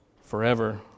forever